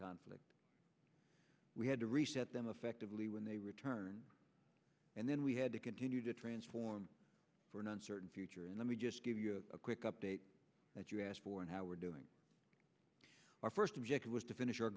conflict we had to reset them effectively when they returned and then we had to continue to transform for an uncertain future and let me just give you a quick update that you asked for and how we're doing our first objective was to finish our